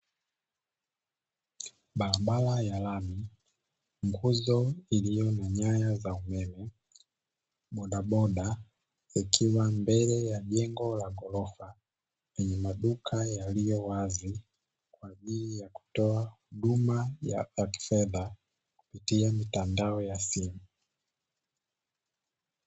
Barabara ya lami. Nguzo iliyo na nyaya za umeme, bodaboda ikiwa mbele ya jengo la ghorofa lenye maduka yaliyo wazi kwa ajili ya kutoa huduma ya kifedha kupitia mitandao ya simu.